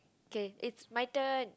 K is my turn